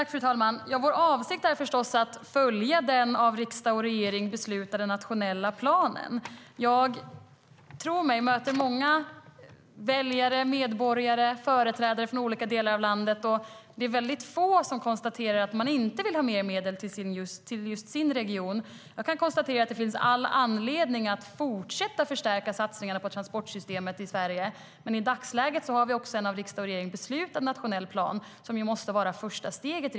Fru talman! Vår avsikt är naturligtvis att följa den av riksdag och regering beslutade nationella planen. Tro mig; jag möter många väljare, medborgare och företrädare från olika delar av landet, och det är väldigt få som konstaterar att de inte STYLEREF Kantrubrik \* MERGEFORMAT KommunikationerJag kan konstatera att det finns all anledning att fortsätta förstärka satsningarna på transportsystemet i Sverige, men i dagsläget har vi en av riksdag och regering beslutad nationell plan. Den måste rimligtvis vara första steget.